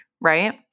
right